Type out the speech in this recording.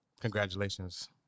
Congratulations